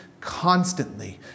constantly